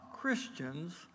Christians